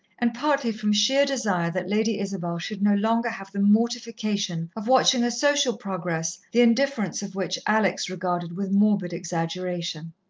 and partly from sheer desire that lady isabel should no longer have the mortification of watching a social progress, the indifference of which alex regarded with morbid exaggeration.